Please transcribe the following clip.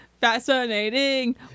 Fascinating